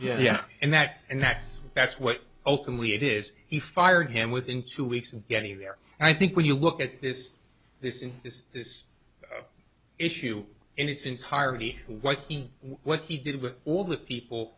yeah and that's and that's that's what ultimately it is he fired him within two weeks of getting there and i think when you look at this this is this this issue in its entirety what he what he did with all the people